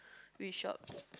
which shop